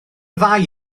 ddau